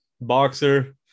boxer